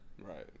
Right